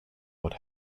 what